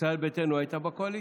ישראל ביתנו הייתה בקואליציה.